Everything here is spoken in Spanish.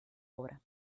obra